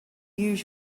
use